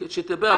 שתדבר,